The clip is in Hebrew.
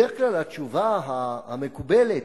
בדרך כלל התשובה המקובלת,